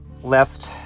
left